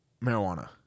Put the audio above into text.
marijuana